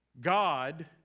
God